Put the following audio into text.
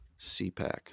CPAC